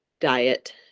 diet